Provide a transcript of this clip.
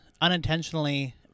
unintentionally